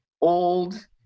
old